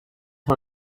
for